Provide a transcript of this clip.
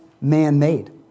man-made